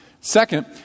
Second